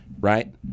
Right